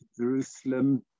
Jerusalem